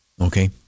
okay